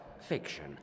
fiction